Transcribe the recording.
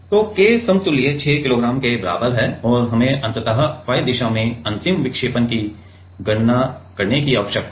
तो K समतुल्य 6 k G के बराबर है और हमें अंततः Y दिशा में अंतिम विक्षेपण की गणना करने की आवश्यकता है